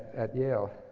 at yale.